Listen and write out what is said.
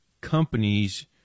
companies